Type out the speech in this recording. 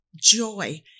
joy